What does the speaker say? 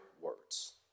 words